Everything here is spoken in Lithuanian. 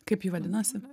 kaip ji vadinasi